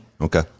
Okay